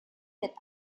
wird